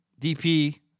DP